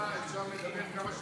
אין שר באולם.